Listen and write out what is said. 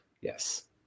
Yes